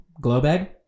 Glowbag